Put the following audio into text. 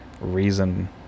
reason